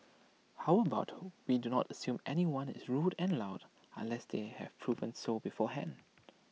how about we do not assume anyone is rude and loud unless they have proven so beforehand